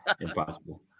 Impossible